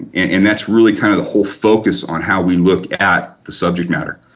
and that's really kind of the whole focus on how we look at the subject matter.